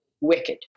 wicked